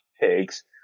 pigs